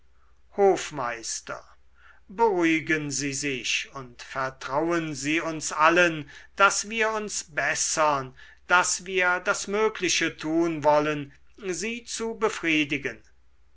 hofmeister beruhigen sie sich und vertrauen sie uns allen daß wir uns bessern daß wir das mögliche tun wollen sie zu befriedigen